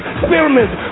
experiments